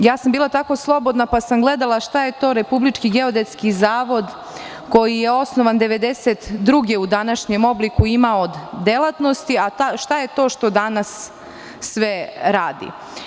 Bila sam tako slobodna, pa sam gledala šta je to Republički geodetski zavod koji je osnovan 1992. godine u današnjem obliku imao od delatnosti, a šta je to što danas sve radi.